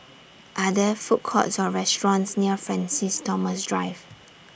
Are There Food Courts Or restaurants near Francis Thomas Drive